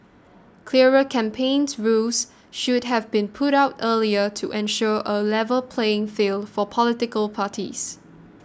clearer campaign rules should have been put out earlier to ensure a level playing field for political parties